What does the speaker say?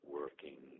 working